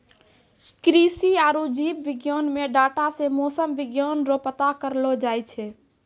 कृषि आरु जीव विज्ञान मे डाटा से मौसम विज्ञान रो पता करलो जाय छै